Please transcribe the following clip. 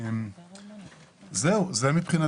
זה מבחינתנו.